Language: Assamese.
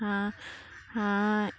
হাঁহ হাঁহ